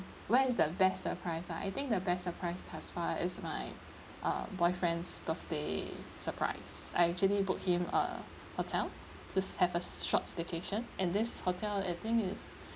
what is the best surprise ah I think the best surprise thus far is my uh boyfriend's birthday surprise I actually book him a hotel to have a short vacation and this hotel I think is